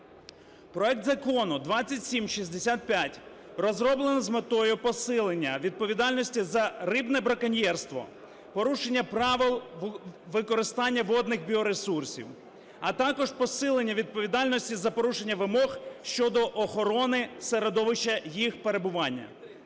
Проект Закону 2765 розроблено з метою посилення відповідальності за рибне браконьєрство, порушення правил використання водних біоресурсів, а також посилення відповідальності за порушення вимог щодо охорони середовища їх перебування,